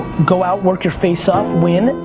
go out, work your face off, win,